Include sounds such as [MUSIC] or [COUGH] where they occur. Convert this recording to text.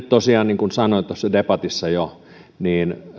[UNINTELLIGIBLE] tosiaan niin kuin sanoin jo tuossa debatissa